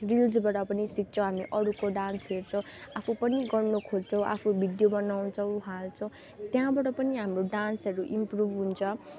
रिल्सबाट पनि सिक्छौँ हामी अरूको डान्स हेर्छौँ आफू पनि गर्नु खोज्छौँ आफू भिडियो बनाउँछौँ हाल्छौँ त्यहाँबाट पनि हाम्रो डान्सहरू इम्प्रुभ हुन्छ